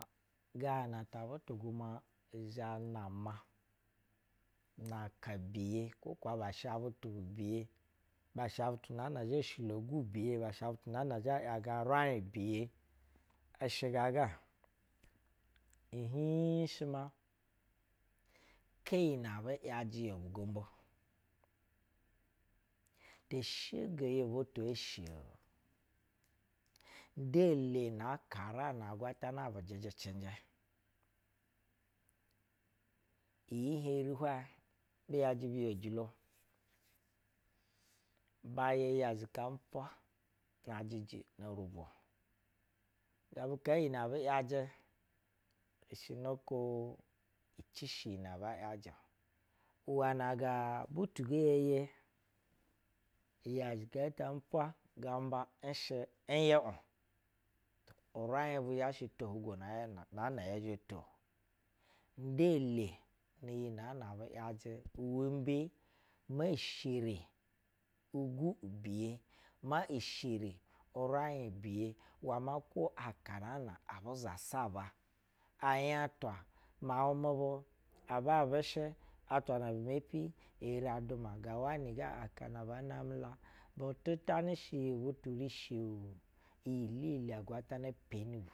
Ga nata butugumwa izhɛ anama naaka biye kwo ka aba sha butu biye ba sha butu naan a zhɛ shilo oogu biye zhɛ ya rah biye ishɛgaga, ihih shɛ ma jke iyi nɛ abu ya ibu gumbo to shogo iyi butu eshe-o nda le na akara na agwatana bu gɛgɛcɛnjɛ iyi heri hwaigbu yajɛ bejilo bay a yi azhika unika umpwa na jɛjɛ nu rubwo, ga bu kaa iyi nɛ abu yajɛ boko ici shi iyi na aba yaga-o uwana ga butu geye ye iyi azhika ta umpwa gamba n shɛ en yɛ ig raig bu zhan shɛ to ohugwo nay a zhɛ to. Nda le n iyi nɛ nɛ abu yajɛ uwɛmbee? Maa ishiri ugwu ibiye ma ishiri uranyi ubiye uwɛ kwo aka naan a abu zaa saba, anya twa, miauh mu bu ababɛshɛ, atwa nab u meppi eri aduma ga wanɛ ga akana ba name la u titanɛ shɛ iyi butu rishe-o iyi elele agwatana peni bu.